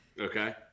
Okay